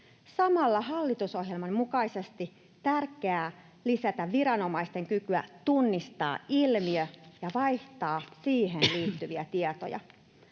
Samalla hallitusohjelman mukaisesti on tärkeää lisätä viranomaisten kykyä tunnistaa ilmiö ja vaihtaa siihen liittyviä tietoja.